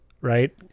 Right